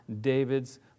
David's